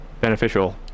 beneficial